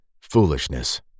foolishness